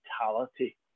mentality